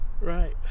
Right